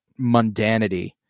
mundanity